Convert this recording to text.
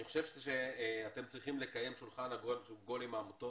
אני חושב שאתם צריכים לקיים שולחן עגול עם העמותות